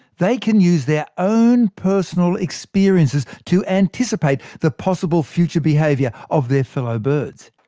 they can use their own personal experiences to anticipate the possible future behaviour of their fellow birds.